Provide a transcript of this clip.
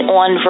on